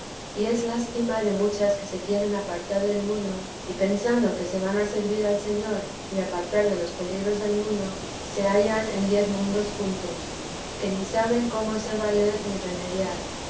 y es lástima de muchas que se quieren apartar del mundo y pensando que se van a servir al señor y apartar de los peligros del mundo se hallan en diez mundos juntos que ni saben cómo se valer ni remediar